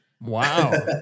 Wow